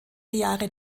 jahre